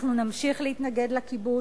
אנחנו נמשיך להתנגד לכיבוש,